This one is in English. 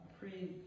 pray